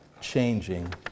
changing